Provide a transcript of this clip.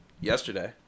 yesterday